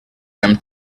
them